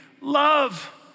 Love